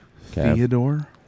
Theodore